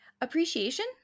appreciation